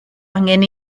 angen